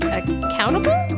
accountable